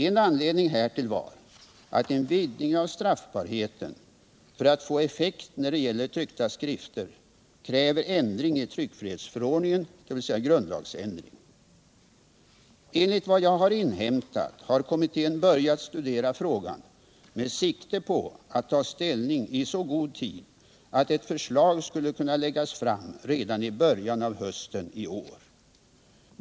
En anledning härtill var att en vidgning av straffbarheten, för att få effekt när det gäller tryckta skrifter, kräver ändring i tryckfrihetsförordningen, dvs. grundlagsändring. Enligt vad jag har inhämtat har kommittén börjat studera frågan med sikte på att ta ställning i så god tid att ett förslag skulle kunna läggas fram redan i början av hösten i år.